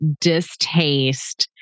distaste